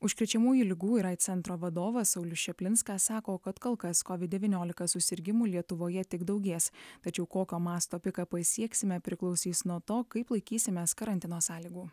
užkrečiamųjų ligų ir aids centro vadovas saulius čaplinskas sako kad kol kas covid devyniolika susirgimų lietuvoje tik daugės tačiau kokio masto piką pasieksime priklausys nuo to kaip laikysimės karantino sąlygų